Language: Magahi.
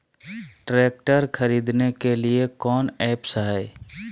ट्रैक्टर खरीदने के लिए कौन ऐप्स हाय?